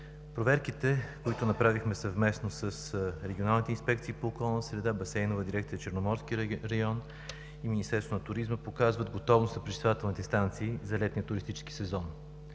Проверките, които направихме съвместно с регионалните инспекции по околната среда, Басейновата дирекция в Черноморския регион и Министерството на туризма, показват готовност на пречиствателните станции за летния туристически сезон.